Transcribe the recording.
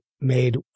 made